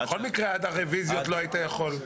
בכל מקרה, עד הרביזיות לא היית יכול.